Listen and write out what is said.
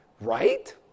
right